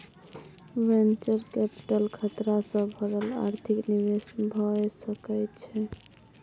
venture capital खतरा सँ भरल आर्थिक निवेश भए सकइ छइ